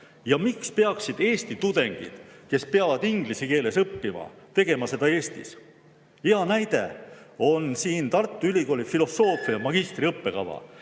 Ja miks peaksid Eesti tudengid, kes peavad inglise keeles õppima, tegema seda Eestis? Hea näide on siin Tartu Ülikooli filosoofia magistriõppekava,